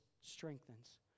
strengthens